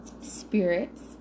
spirits